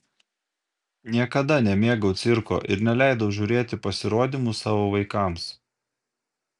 niekada nemėgau cirko ir neleidau žiūrėti pasirodymų savo vaikams